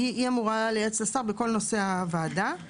היא אמורה לייעץ לשר בכל נושאי הוועדה.